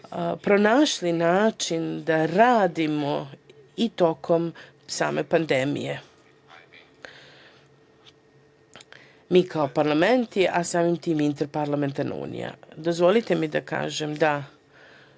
pronašli način da radimo i tokom same pandemije, mi kao parlament, a samim tim i Interparlamentarna unija. Dozvolite mi da kažem da